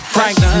Frank